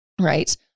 right